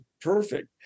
perfect